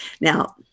Now